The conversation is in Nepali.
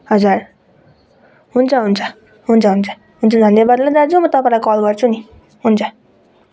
हजुर हुन्छ हुन्छ हुन्छ हुन्छ हुन्छ धन्यवाद ल दाजु म तपाईँलाई कल गर्छु नि हुन्छ